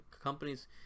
companies